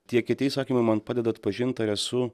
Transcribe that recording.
tie kiti įsakymai man padeda atpažint ar esu